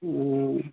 ਹਮ